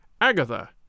Agatha